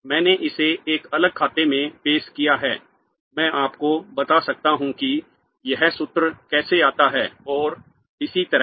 मैंने इसे एक अलग खाते में पेश किया है मैं आपको बता सकता हूं कि यह सूत्र कैसे आता है और इसी तरह